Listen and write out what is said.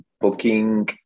booking